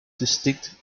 distinct